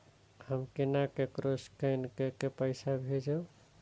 हम केना ककरो स्केने कैके पैसा भेजब?